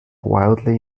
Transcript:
wildly